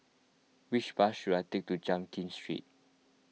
which bus should I take to Jiak Kim Street